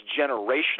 generational